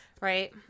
right